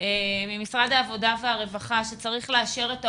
- ממשרד העבודה והרווחה שצריך לאשר את העובדים,